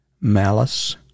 malice